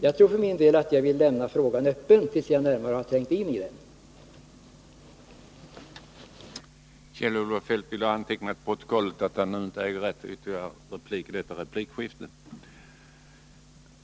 Jag vill för min del lämna frågan öppen till dess jag har trängt in i den närmare.